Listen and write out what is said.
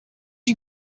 you